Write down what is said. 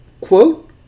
Quote